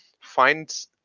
find